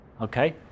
Okay